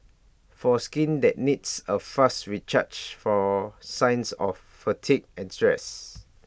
for skin that needs A fast recharge from signs of fatigue and stress